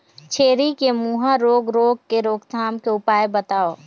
छेरी के मुहा रोग रोग के रोकथाम के उपाय बताव?